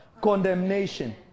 Condemnation